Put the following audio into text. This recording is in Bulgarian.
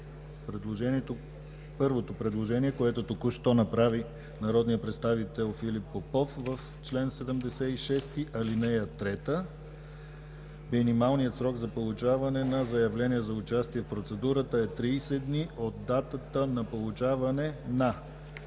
първото предложение, което току-що направи народният представител Филип Попов в чл. 76, ал. 3 – „Минималният срок за получаване на заявление за участие в процедурата е 30 дни от датата на получаване на...”.